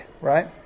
right